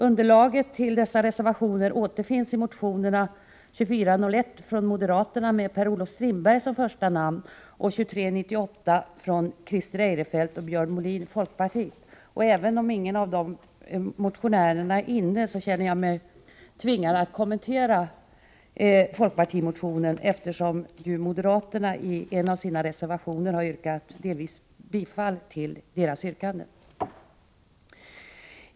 Underlaget till de moderata reservationerna återfinns i motionerna 2401 från moderaterna med Per-Olof Strindberg som första namn och 2398 av Christer Eirefelt och Björn Molin, folkpartiet. Även om ingen av folkpartimotionärerna befinner sig i kammaren, känner jag mig tvingad att kommentera deras motion, eftersom moderaterna i en av sina reservationer har yrkat bifall till viss del av yrkandena i folkpartimotionen.